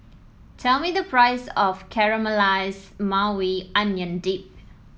tell me the price of Caramelized Maui Onion Dip